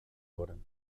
worden